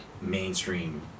mainstream